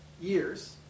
years